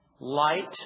Light